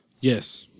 yes